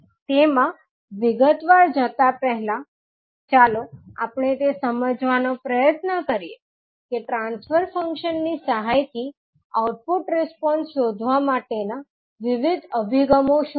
તેમાં વિગતવાર જતા પહેલાં ચાલો આપણે તે સમજવાનો પ્રયત્ન કરીએ કે ટ્રાન્સફર ફંક્શન ની સહાયથી આઉટપુટ રિસ્પોન્સ શોધવા માટેના વિવિધ અભિગમો શું છે